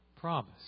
promise